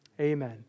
amen